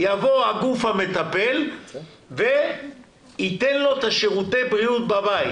יבוא הגוף המטפל וייתן לו את שירותי הבריאות בבית